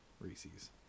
Reese's